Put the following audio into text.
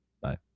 Bye